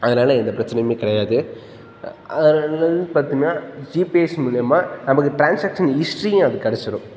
அதனால் எந்த பிரச்சினையுமே கிடையாது அதனால் பார்த்தீங்கன்னா ஜிபிஎஸ் மூலிமா நமக்கு ட்ரான்ஸாக்ஷன் ஹிஸ்டரியும் அது கிடச்சிரும்